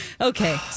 Okay